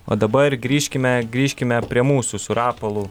o dabar grįžkime grįžkime prie mūsų su rapolu